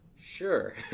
Sure